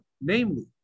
namely